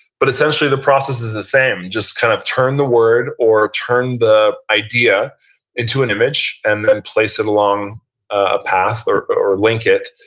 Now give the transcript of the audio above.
but essentially the process is the same, you just kind of turn the word or turn the idea into an image, and then place it along a path or or link it,